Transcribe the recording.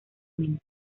mente